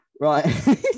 Right